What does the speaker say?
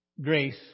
grace